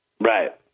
Right